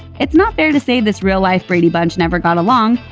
it's not fair to say this real life brady bunch never got along,